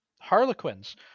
harlequins